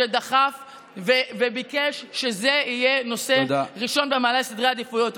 שדחף וביקש שזה יהיה נושא ראשון במעלה בסדרי העדיפויות.